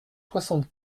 soixante